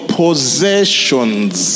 possessions